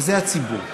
וזה הציבור.